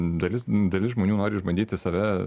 dalis dalis žmonių nori išbandyti save